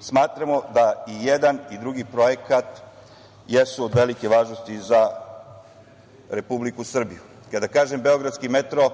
Smatramo da i jedan i drugi projekat jesu od velike važnosti za Republiku Srbiju. Kada kažem – Beogradski metro,